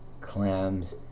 clams